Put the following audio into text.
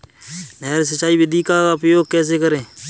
नहर सिंचाई विधि का उपयोग कैसे करें?